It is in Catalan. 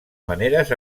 maneres